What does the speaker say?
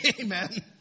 Amen